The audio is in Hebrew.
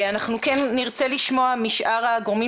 אנחנו כן נרצה לשמוע משאר הגורמים